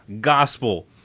gospel